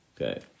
okay